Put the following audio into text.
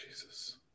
Jesus